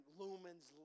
lumens